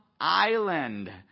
island